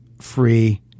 free